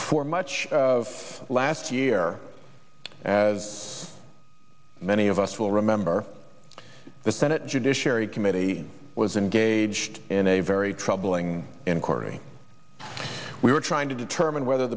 for much of last year as many of us will remember the senate judiciary committee was engaged in a very troubling inquiry we were trying to determine whether